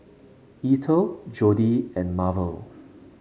Eathel Jodi and Marvel